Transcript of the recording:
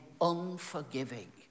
unforgiving